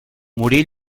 morí